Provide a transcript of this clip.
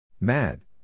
Mad